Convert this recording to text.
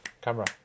camera